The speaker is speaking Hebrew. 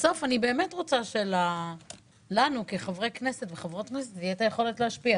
בסוף אני באמת רוצה שלנו כחברי וחברות כנסת תהיה יכולת להשפיע.